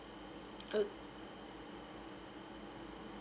uh